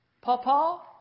Papa